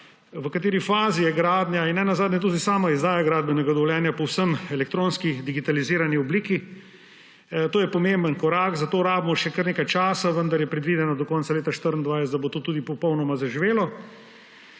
v kateri fazi je gradnja, in ne nazadnje tudi sama izdaja gradbenega dovoljenja v povsem elektronski, digitalizirani obliki. To je pomemben korak, za to potrebujemo še kar nekaj časa, vendar je predvideno, da bo do konca leta 2024 to tudi popolnoma zaživelo.